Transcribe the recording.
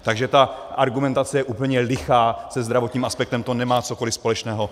Takže ta argumentace je úplně lichá, se zdravotním aspektem to nemá cokoliv společného.